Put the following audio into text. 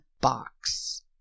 box